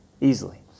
easily